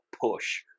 push